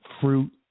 fruit